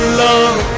love